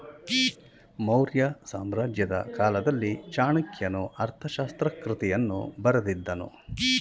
ಮೌರ್ಯ ಸಾಮ್ರಾಜ್ಯದ ಕಾಲದಲ್ಲಿ ಚಾಣಕ್ಯನು ಅರ್ಥಶಾಸ್ತ್ರ ಕೃತಿಯನ್ನು ಬರೆದಿದ್ದನು